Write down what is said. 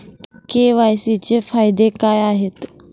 KYC चे फायदे काय आहेत?